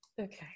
okay